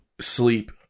sleep